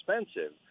expensive